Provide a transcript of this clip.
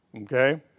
Okay